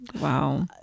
Wow